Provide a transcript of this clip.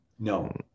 No